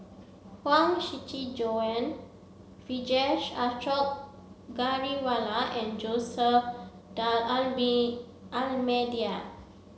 Huang Shiqi Joan Vijesh Ashok Ghariwala and Jose Almeida